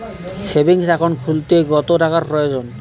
Savings account খুলতে কত টাকার প্রয়োজন?